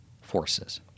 forces